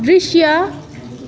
दृश्य